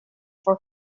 for